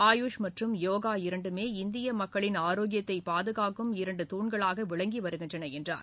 ஆயூஷ் மற்றும் யோகா இரண்டுமே இந்திய மக்களின் ஆரோக்கியத்தை பாதுகாக்கும் இரண்டு தூண்களாக விளங்கி வருகின்றன என்றார்